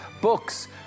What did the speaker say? books